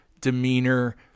demeanor